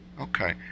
Okay